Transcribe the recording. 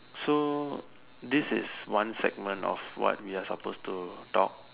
so this is one segment of what we are supposed to talk